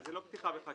זה לא פתיחה בחקירה.